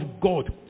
God